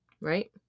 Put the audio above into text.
right